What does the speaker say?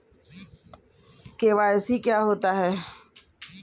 KYC क्या होता है?